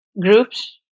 groups